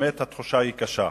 באמת, התחושה היא קשה.